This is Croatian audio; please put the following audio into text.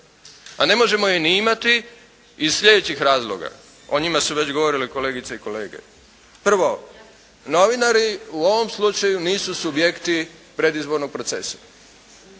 A ne možemo je ni imati iz sljedećih razloga. O njima su već govorile kolegice i kolege. Prvo, novinari u ovom slučaju nisu subjekti predizbornog procesa.